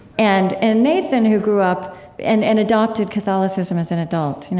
and and nathan, who grew up and and adopted catholicism as an adult. you know